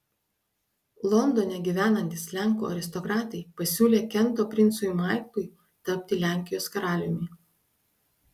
londone gyvenantys lenkų aristokratai pasiūlė kento princui maiklui tapti lenkijos karaliumi